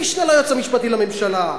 המשנה ליועץ המשפטי לממשלה,